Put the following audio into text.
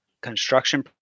construction